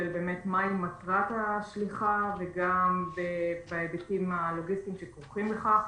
מהי מטרת השליחה וגם בהיבטים הלוגיסטיים שכרוכים בכך.